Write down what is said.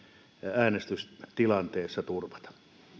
äänestystilanteessa turvata